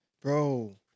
Bro